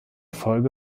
folge